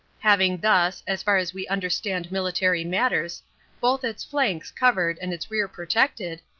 having thus as far as we understand military matters both its flanks covered and its rear protected,